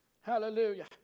Hallelujah